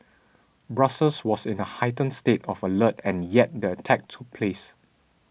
Brussels was in a heightened state of alert and yet the attack took place